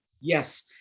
Yes